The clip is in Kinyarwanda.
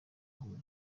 huye